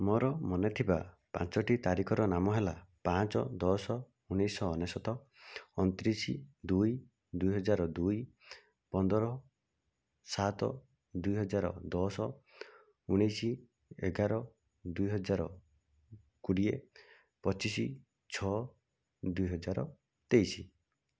ମୋର ମନେଥିବା ପାଞ୍ଚଟି ତାରିଖର ନାମ ହେଲା ପାଞ୍ଚ ଦଶ ଉଣେଇଶହ ଅନେଶ୍ୱତ ଅଣତିରିଶ ଦୁଇ ଦୁଇହଜାର ଦୁଇ ପନ୍ଦର ସାତ ଦୁଇହଜାର ଦଶ ଉଣେଇଶ ଏଗାର ଦୁଇହଜାର କୋଡ଼ିଏ ପଚିଶ ଛଅ ଦୁଇହଜାର ତେଇଶି